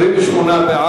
התש"ע 2009,